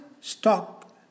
stock